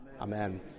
Amen